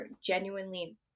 genuinely